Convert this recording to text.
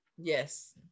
Yes